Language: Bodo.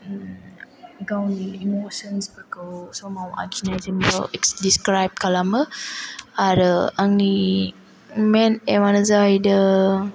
गावनि इमोसोन्सफोरखौ समाव आखिनायजोंबो इसे दिसक्राइब खालामो आरो आंनि मेइन एइमआनो जाहैदों